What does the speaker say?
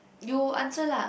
you answer lah